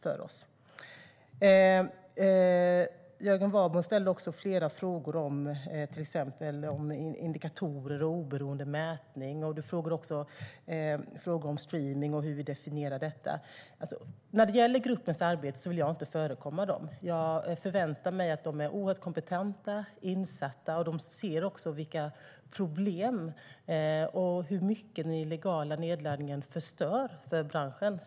Jörgen Warborn ställde också flera frågor om till exempel indikatorer och oberoende mätning. Du ställde också frågor om streamning och hur vi definierar detta. När det gäller gruppens arbete vill jag inte förekomma den. Jag förväntar mig att den är oerhört kompetent och insatt och ser vilka problem som finns och hur mycket den illegala nedladdningen förstör för branschen.